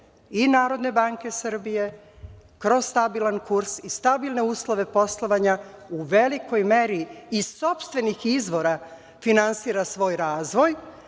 Vlade i NBS kroz stabilan kurs i stabilne uslove poslovanja u velikoj meri iz sopstvenih izvora finansira svoj razvoj,